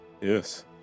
yes